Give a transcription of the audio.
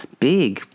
big